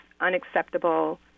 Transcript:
unacceptable